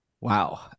wow